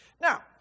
Now